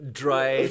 dry